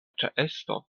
ĉeesto